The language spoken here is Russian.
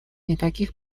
никаких